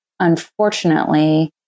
Unfortunately